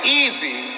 easy